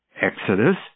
Exodus